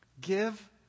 give